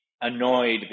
annoyed